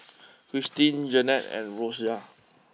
Christeen Janey and Rosia